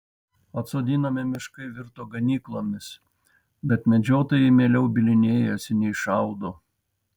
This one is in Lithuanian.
atsodinami miškai virto ganyklomis bet medžiotojai mieliau bylinėjasi nei šaudo